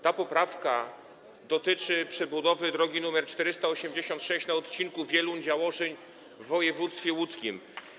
Ta poprawka dotyczy przebudowy drogi nr 486 na odcinku Wieluń - Działoszyn w województwie łódzkim.